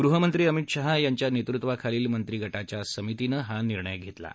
गृहमंत्री अमित शाह याच्या नेतृत्वाखालील मंत्रीगटाच्या समितीनं हा निर्णय घेतला आहे